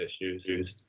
issues